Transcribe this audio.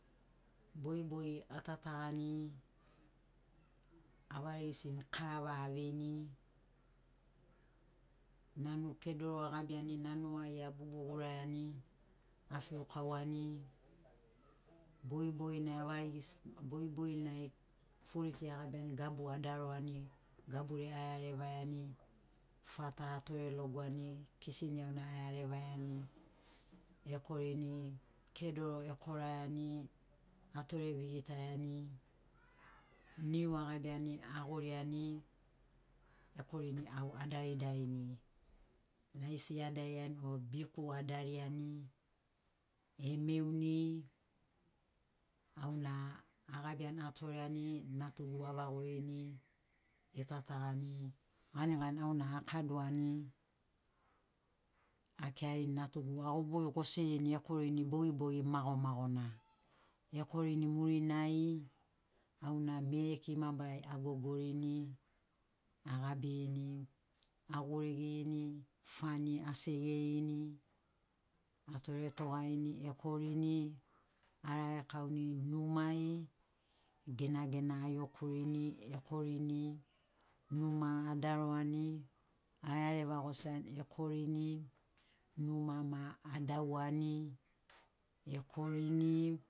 Bogibogi gatatagani avarigisini karava aveini, nanu kedoro agabiani nanu ai abubu guraiani, afiukauani. Bogiboginai avarigisini bogiboginai furiki agabiani gabu adaroani, gabure a iarevaiani, fata atore logoani, kisini iauna a iarevaiani, ekorini kedoro ekoraiani atore vigitaiani, niu agabiani agoriani ekorini au adaridarini. Rice adariani o biku adariani, emeuni auna agabiani atoreani natugu avagorini getatagani ganigani auna akadoani akearini natugu agubu gosirini ekorini bogibogi magomagona. Ekorini murinai auna mereki mabarari agogorini agabirini agurigirini fani asegerini atoretogarini ekorini aragekauni numai genagena a yekurini ekorini numa adaroani a iareva gosiani ekorini, numa ma adauani ekorini,